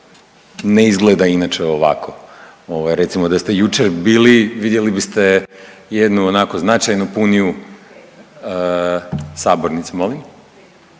ne izgleda inače ovako, ovo je recimo, da ste jučer bili vidjeli biste jednu onako značajno puniju sabornicu. Molim?